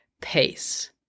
pace